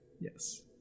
Yes